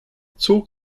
zog